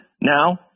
now